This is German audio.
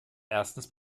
erstens